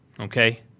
okay